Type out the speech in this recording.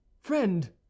Friend